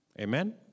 Amen